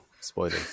Spoilers